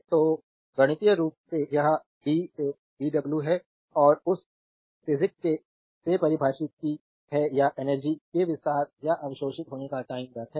तो गणितीय रूप से यह d से dw है और उस फिजिक्स से परिभाषा p है या एनर्जी के विस्तार या अवशोषित होने का टाइम दर है